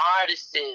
artists